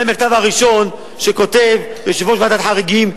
זה המכתב הראשון שכותב יושב-ראש ועדת חריגים,